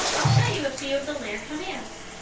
i'll show you a few of the layered commands.